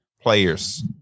Players